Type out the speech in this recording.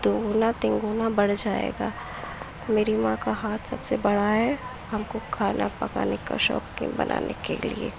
دوگنا تین گنا بڑھ جائے گا میری ماں کا ہاتھ سب سے بڑا ہے ہم کو کھانا پکانے کا شوق بنانے کے لیے